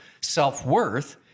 self-worth